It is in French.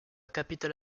capitale